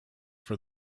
for